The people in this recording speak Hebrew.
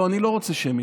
לא, אני לא רוצה שמית.